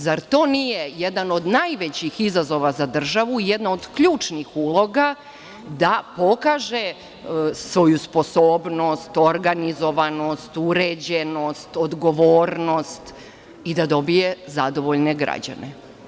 Zar to nije jedan od najvećih izazova za državu, jedna od ključnih uloga da pokaže svoju sposobnost, organizovanost, uređenost, odgovornost i da dobije zadovoljne građane.